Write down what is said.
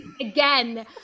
again